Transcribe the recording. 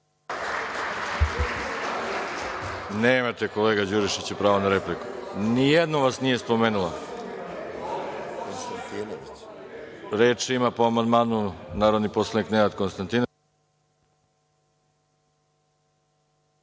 Nemate kolega Đurišiću pravo na repliku, ni jednom vas nije spomenula. Reč ima po amandmanu narodni poslanik Nenad Konstantinović.